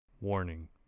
Warning